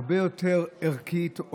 הרבה יותר ערכית,